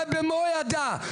במו ידה,